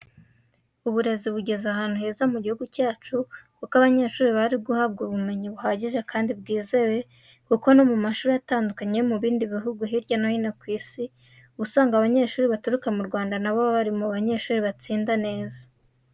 Uburezi bugeze ahantu heza mu gihugu cyacu kuko abanyeshuri baba bari guhabwa ubumenyi buhagije kandi bwizewe kuko no mu mashuri atandukanye yo mu bindi bihugu hirya no hino ku isi, uba usanga abanyeshuri baturuka mu Rwanda nabo baba bari mu banyeshuri batsinda neza.